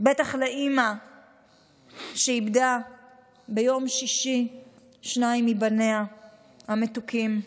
בטח לאימא שאיבדה ביום שישי שניים מבניה המתוקים.